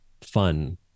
fun